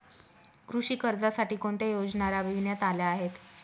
कृषी कर्जासाठी कोणत्या योजना राबविण्यात आल्या आहेत?